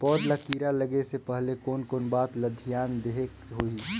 पौध ला कीरा लगे से पहले कोन कोन बात ला धियान देहेक होही?